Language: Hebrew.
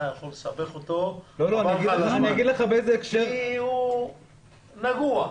אתה יכול לסבך אותו כי הוא ייחשב נגוע.